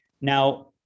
Now